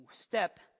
step